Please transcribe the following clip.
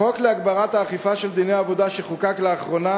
חוק להגברת האכיפה של דיני עבודה שחוקק לאחרונה